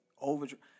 overdrive